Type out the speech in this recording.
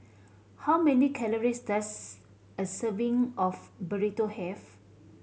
how many calories does a serving of Burrito have